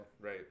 right